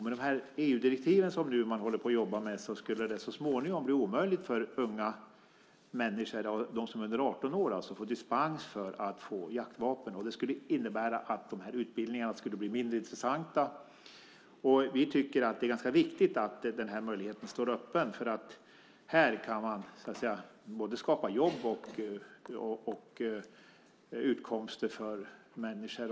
Med de EU-direktiv som man nu håller på att jobba med skulle det så småningom bli omöjligt för dem som är under 18 år att få dispens för jaktvapen. Det skulle innebära att utbildningarna skulle bli mindre intressanta. Vi tycker att det är viktigt att den möjligheten står öppen, för här kan man skapa både jobb och utkomster för människor.